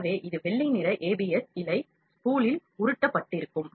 எனவே இது வெள்ளை நிற ஏபிஎஸ் இழை ஸ்பூலில் உருட்டப்படியிருக்கும்